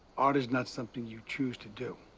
art is not something you choose to do.